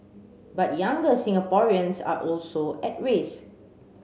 but younger Singaporeans are also at risk